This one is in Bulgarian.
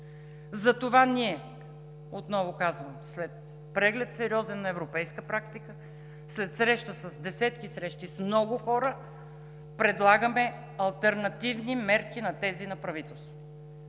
Затова ние, отново казвам, след сериозен преглед на европейската практика, след десетки срещи с много хора предлагаме алтернативни мерки на тези на правителството,